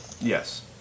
Yes